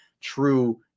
true